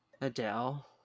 Adele